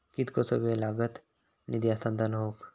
कितकोसो वेळ लागत निधी हस्तांतरण हौक?